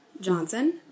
Johnson